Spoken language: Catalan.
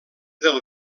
del